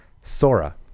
sora